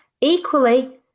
Equally